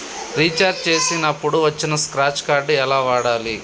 Recharge చేసినప్పుడు వచ్చిన scratch card ఎలా వాడాలి?